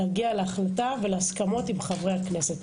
נגיע להחלטה ולהסכמות עם חברי הכנסת.